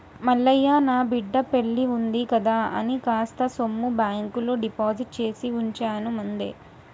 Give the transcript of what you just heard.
మల్లయ్య నా బిడ్డ పెల్లివుంది కదా అని కాస్త సొమ్ము బాంకులో డిపాజిట్ చేసివుంచాను ముందే